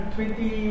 Twenty